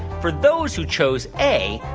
for those who chose a,